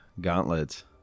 gauntlets